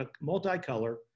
multi-color